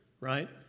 Right